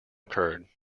occurred